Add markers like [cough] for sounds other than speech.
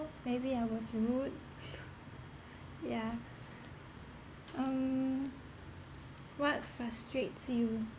maybe I was rude [laughs] yeah um what frustrates you